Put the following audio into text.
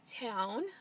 town